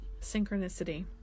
Synchronicity